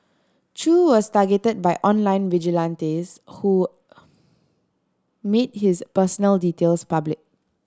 Chew was targeted by online vigilantes who made his personal details public